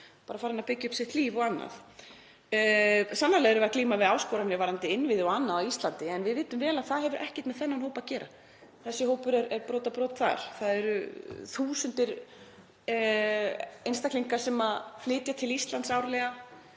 nú þegar að byggja upp líf sitt og annað. Sannarlega erum við að glíma við áskoranir varðandi innviði og annað á Íslandi en við vitum vel að það hefur ekkert með þennan hóp að gera. Þessi hópur er brotabrot þar. Það eru þúsundir einstaklinga sem flytja til Íslands árlega